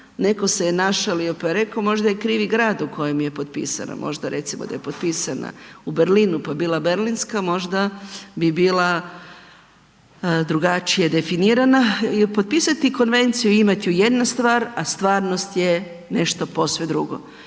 netko se je našalio pa je rekao, možda je krivi grad u kojem je potpisana. Možda recimo da je potpisana u Berlinu, pa bi bila berlinska, možda bi bila drugačije definirana. Potpisati konvenciju i imat ju jedna stvar, a stvarnost je nešto posve drugo.